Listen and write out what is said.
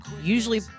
usually